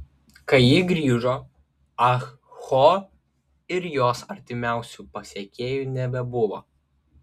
kai ji grįžo ah ho ir jos artimiausių pasekėjų nebebuvo